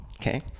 okay